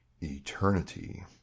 eternity